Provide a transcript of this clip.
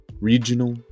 regional